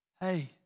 Hey